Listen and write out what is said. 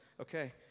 Okay